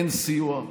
אין סיוע,